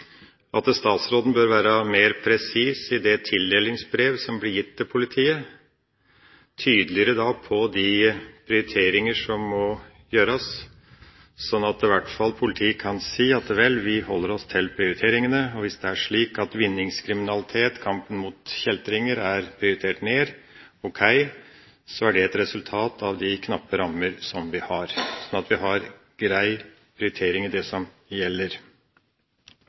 at statsråden bør være mer presis i det tildelingsbrevet som blir gitt til politiet, tydeligere på de prioriteringene som må gjøres, sånn at i hvert fall politiet kan si at vel, vi holder oss til prioriteringene, og hvis det er slik at vinningskriminalitet og kampen mot kjeltringer er prioritert ned, OK, så er det et resultat av de knappe rammene vi har – slik at vi har en grei prioritering av det som gjelder.